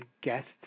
Guest